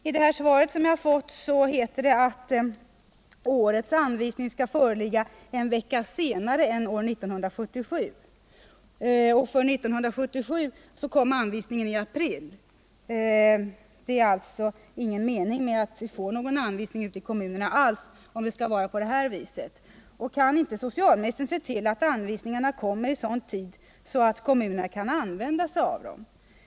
I det svar som jag nu har fått står det att årets anvisningar kommer att föreligga ca en vecka senare än år 1977 — då de kom i april. Det är ju ingen mening med att vi får några anvisningar alls ute i kommunerna, om det skall vara på det viset. Kan inte socialministern se till att anvisningarna kommer i så god tid att kommunerna kan använda sig av dem?